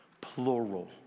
plural